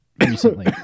recently